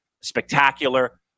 spectacular